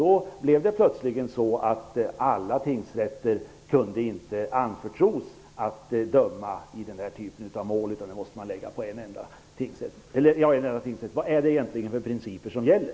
Då blev det plötsligt så att alla tingsrätter inte kunde anförtros att döma i denna typ av mål. Vilka principer är det egentligen som gäller?